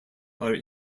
are